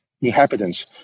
inhabitants